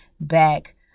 back